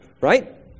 Right